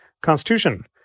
Constitution